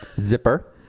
Zipper